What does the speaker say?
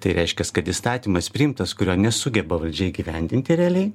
tai reiškias kad įstatymas priimtas kurio nesugeba valdžia įgyvendinti realiai